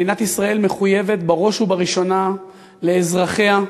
מדינת ישראל מחויבת בראש ובראשונה לאזרחיה,